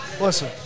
listen